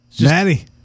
Maddie